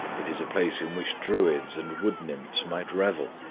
it is a place in which druids and wood-nymphs might revel,